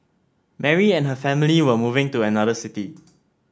Mary and her family were moving to another city